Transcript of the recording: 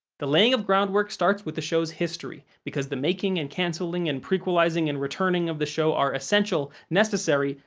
the laying of groundwork starts with the show's history, because the making and cancelling and prequelizing and returning of the show are essential, necessary,